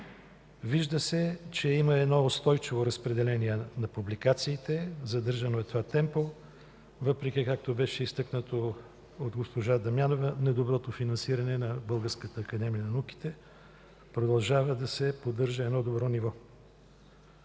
Вижда се, че има едно устойчиво разпределение на публикациите, задържано е това темпо, въпреки, както беше изтъкнато от госпожа Дамянова, недоброто финансиране на Българската академия на науките, продължава да се поддържа едно добро ниво.